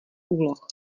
úloh